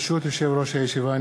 ברשות יושב-ראש הישיבה,